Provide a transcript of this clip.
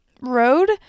road